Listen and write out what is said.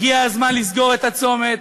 הגיע הזמן לסגור את הצומת,